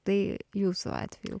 tai jūsų atveju